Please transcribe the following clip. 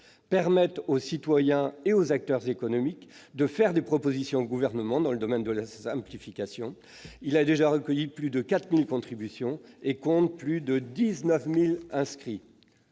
permet aux citoyens et aux acteurs économiques d'adresser des propositions au Gouvernement dans le domaine de la simplification. Il a déjà recueilli plus de 4 000 contributions et compte plus de 19 000 inscrits.